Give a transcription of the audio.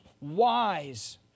wise